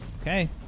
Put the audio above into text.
Okay